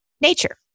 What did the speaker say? nature